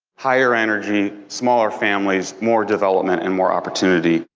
higher energy, smaller families, more development, and more opportunity,